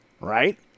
Right